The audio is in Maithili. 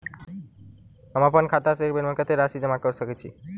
हम अप्पन खाता सँ एक बेर मे कत्तेक राशि जमा कऽ सकैत छी?